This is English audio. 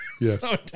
Yes